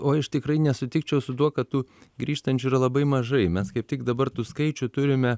oi aš tikrai nesutikčiau su tuo kad tų grįžtančių yra labai mažai mes kaip tik dabar tų skaičių turime